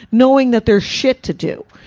knowing that there's shit to do.